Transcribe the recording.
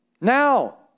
now